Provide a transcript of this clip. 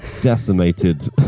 decimated